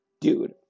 dude